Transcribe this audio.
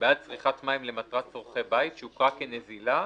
בעד צריכת מים למטרת צורכי בית שהוכרה כנזילה,